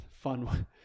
fun